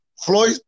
Floyd